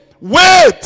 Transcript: wait